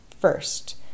First